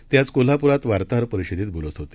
ते आज कोल्हापुरात वार्ताहर परिषदेत बोलत होते